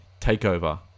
TakeOver